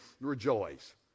rejoice